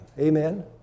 Amen